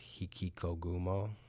Hikikogumo